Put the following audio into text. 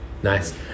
nice